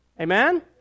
Amen